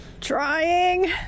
Trying